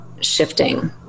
shifting